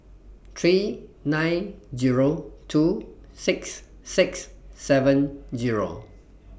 three nine Zero two six six seven Zero